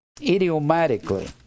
idiomatically